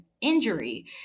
injury